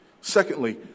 Secondly